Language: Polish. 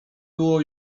było